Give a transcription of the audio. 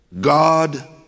God